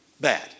bad